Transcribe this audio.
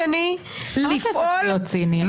למה להיות ציני?